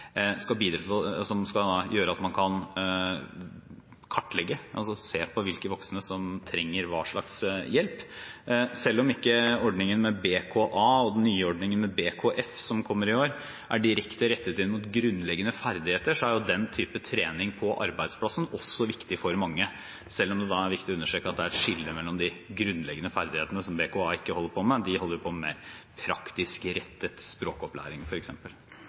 trenger hva slags hjelp. Selv om ordningen med BKA Basiskompetanse i arbeidslivet . og den nye ordningen med BKF Basiskompetanse i frivilligheten .– som kommer i år – ikke er direkte rettet inn mot grunnleggende ferdigheter, er den type trening på arbeidsplassen også viktig for mange, selv om det er viktig å understreke at det er et skille mellom de grunnleggende ferdighetene, noe BKA ikke holder på med. De holder på med praktisk rettet språkopplæring,